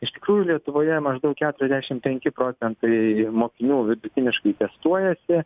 iš tikrųjų lietuvoje maždaug keturiasdešim penki procentai mokinių vidutiniškai testuojasi